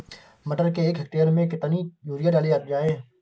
मटर के एक हेक्टेयर में कितनी यूरिया डाली जाए?